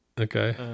Okay